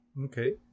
Okay